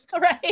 Right